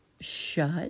shut